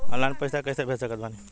Online पैसा कैसे भेज सकत बानी?